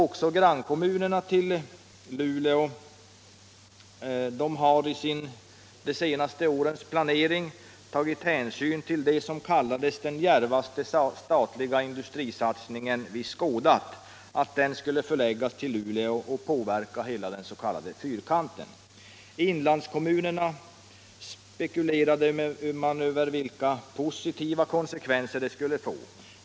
Också grannkommunerna till Luleå har under senare år i sin planering tagit hänsyn till att det som kallades den djärvaste statliga industrisatsning vi skådat skulle förläggas till Luleå och påverka hela den s.k. fyrkanten. I inlandskommunerna spekulerade man över vilka positiva konsekvenser detta skulle få.